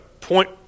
point